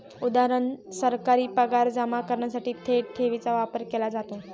उदा.सरकारी पगार जमा करण्यासाठी थेट ठेवीचा वापर केला जातो